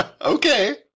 Okay